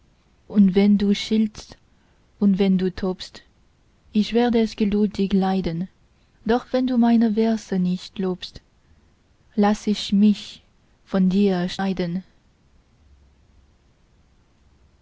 und wenn du schiltst und wenn du tobst ich werd es geduldig leiden doch wenn du meine verse nicht lobst laß ich mich von dir scheiden